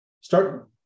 start